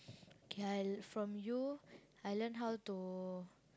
K I from you I learn how to